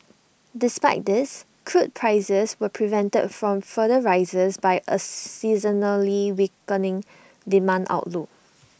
despite this crude prices were prevented from further rises by A seasonally weakening demand outlook